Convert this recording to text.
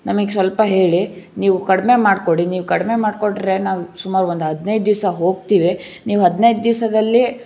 ನಮಗ್ ಸ್ವಲ್ಪ ಹೇಳಿ ನೀವು ಕಡಿಮೆ ಮಾಡಿಕೊಡಿ ನೀವು ಕಡಿಮೆ ಮಾಡಿಕೊಟ್ರೆ ನಾವು ಸುಮಾರು ಒಂದು ಹದಿನೈದು ದಿವಸ ಹೋಗ್ತಿವಿ ನೀವು ಹದಿನೈದು ದಿವಸದಲ್ಲಿ